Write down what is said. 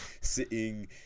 sitting